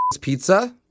Pizza